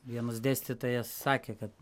vienas dėstytojas sakė kad